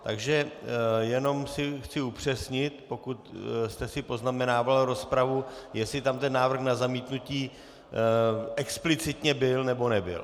Takže jenom si chci upřesnit, pokud jste si poznamenal rozpravu, jestli tam ten návrh na zamítnutí explicitně byl, nebo nebyl.